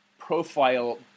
profile